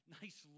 nice